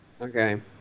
Okay